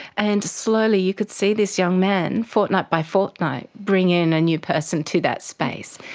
and slowly you could see this young man, fortnight by fortnight, bring in a new person to that space.